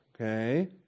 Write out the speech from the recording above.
Okay